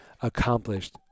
accomplished